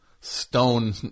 stone